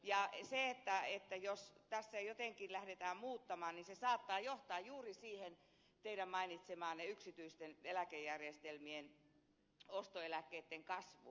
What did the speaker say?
jos tässä jotenkin lähdetään muuttamaan niin se saattaa johtaa juuri siihen teidän mainitsemaanne yksityisten eläkejärjestelmien ostoeläkkeitten kasvuun